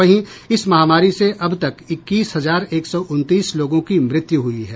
वहीं इस महामारी से अब तक इक्कीस हजार एक सौ उनतीस लोगों की मृत्यु हुई है